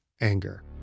anger